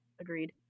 Agreed